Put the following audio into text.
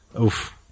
Oof